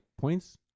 points